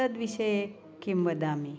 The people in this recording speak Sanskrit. तद्विषये किं वदामि